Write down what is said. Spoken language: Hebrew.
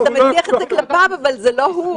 אתה מטיח את זה כלפיו אבל זה לא הוא.